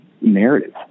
narrative